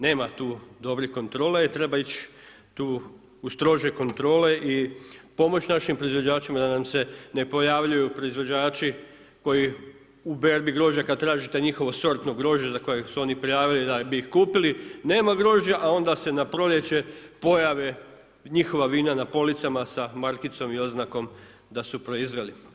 Nema tu dobrih kontrola i treba ići tu u strože kontrole i pomoć našim proizvođačima da nam se ne pojavljuju proizvođači koji u berbi grožđa kad tražite njihovo sortno grožđe za koje su prijavili da bi ih kupili nema grožđa, a onda se na proljeće pojave njihova vina na policama sa markicom i oznakom da su proizveli.